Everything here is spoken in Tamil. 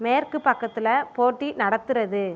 மேற்குப் பக்கத்தில் போட்டி நடத்துகிறது